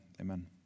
amen